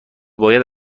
باید